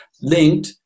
linked